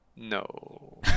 No